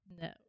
No